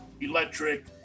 electric